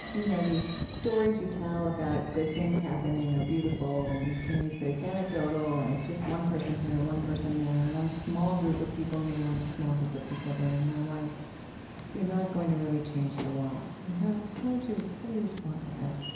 you know, these stories you tell about good things happening are beautiful in these communities, but it's anecdotal and it's just one person here, one person there, one small group of people here, one small group of people there. you know why, you're not going to really change the world you know and how would you how do you respond to that?